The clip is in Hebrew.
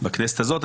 בכנסת הזאת.